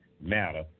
matter